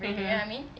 mmhmm